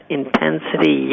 intensity